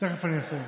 תכף אני אסיים,